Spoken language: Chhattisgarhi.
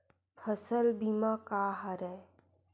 फसल बीमा का हरय?